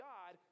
God